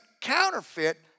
counterfeit